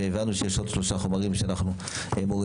והבנו שיש עוד שלושה חומרים שאנחנו מורידים.